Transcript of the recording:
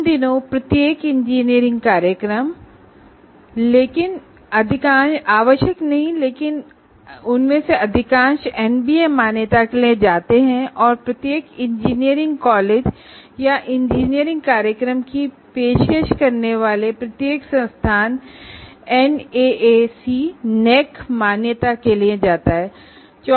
इन दिनों लगभग सभी इंजीनियरिंग कार्यक्रम एनबीए एक्रीडिटेशन के लिए जाते हैं और प्रत्येक इंजीनियरिंग कॉलेज या इंजीनियरिंग प्रोग्राम की पेशकश करने वाला प्रत्येक संस्थान एनएएसी एक्रीडिटेशनके लिए जाता है